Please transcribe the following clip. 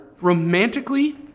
romantically